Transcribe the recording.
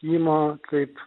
ima kaip